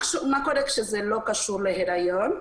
מה קורה כשזה לא קשור להיריון?